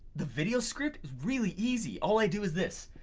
the video script is really easy. all i do is this.